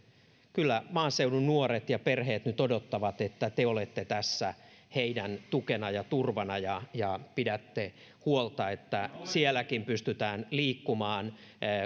kyllä maaseudun nuoret ja perheet nyt odottavat että te olette tässä heidän tukenaan ja turvanaan ja ja pidätte huolta että sielläkin pystytään liikkumaan